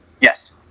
Yes